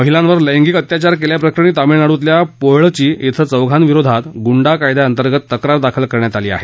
महिलांवर लेंगिक अत्याचार केल्याप्रकरणी तमिळनाडूतल्या पोळळची इथं चौघांविरोधात गुंडा कायद्याअंतर्गत तक्रार दाखल करण्यात आली आहे